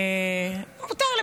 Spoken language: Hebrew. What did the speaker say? בסדר, לא כל כך מהר.